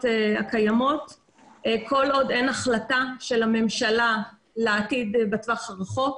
הקיימות כל עוד אין החלטה של הממשלה לעתיד בטווח הרחוק.